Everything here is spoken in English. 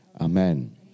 Amen